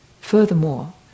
Furthermore